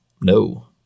No